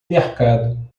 mercado